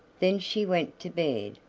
then she went to bed,